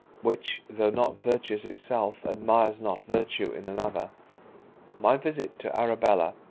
which, though not virtuous itself, admires not virtue in another my visit to arabella,